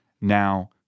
now